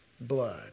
blood